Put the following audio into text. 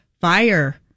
fire